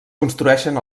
construeixen